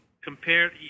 compared